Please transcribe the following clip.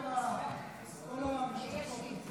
כמו כל המשרתות אצלנו.